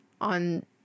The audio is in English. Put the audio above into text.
on